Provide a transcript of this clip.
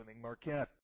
Marquette